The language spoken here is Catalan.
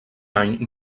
any